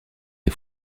les